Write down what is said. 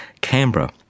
Canberra